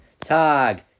Tag